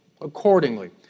accordingly